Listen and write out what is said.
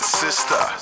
sister